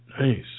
Nice